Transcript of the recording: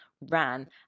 ran